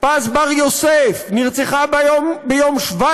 פז בר יוסף, נרצחה ביום 17